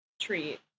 treat